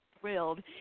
thrilled